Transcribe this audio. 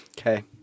Okay